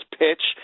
pitch